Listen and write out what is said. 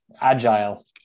agile